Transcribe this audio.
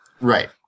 Right